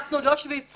אנחנו לא שוויצריה.